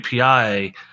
API